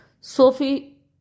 Sophie